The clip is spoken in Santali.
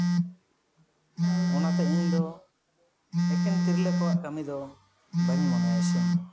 ᱚᱱᱟᱛᱮ ᱤᱧ ᱫᱚ ᱮᱠᱷᱮᱱ ᱛᱤᱨᱞᱟᱹ ᱠᱚᱣᱟᱜ ᱠᱟᱹᱢᱤ ᱫᱚ ᱵᱟᱹᱧ ᱢᱚᱱᱮᱭᱟ ᱤᱥᱤᱱ ᱫᱚ